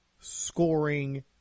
scoring